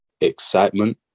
excitement